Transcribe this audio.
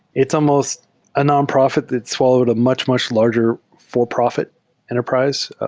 it's almost a nonprofit that swallowed a much, much larger for-profit enterprise,